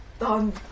done